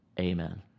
Amen